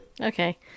Okay